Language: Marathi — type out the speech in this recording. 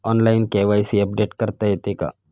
ऑनलाइन के.वाय.सी अपडेट करता येते का?